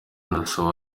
innocent